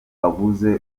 abuze